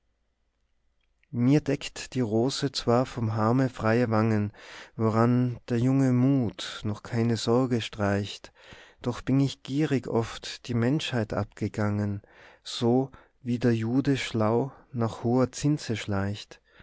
mir deckt die rose zwar vom harme freie wangen woran der junge mut noch keine sorge streicht doch bin ich gierig oft die menschheit abgegangen so wie der jude schlau nach hoher zinse schleicht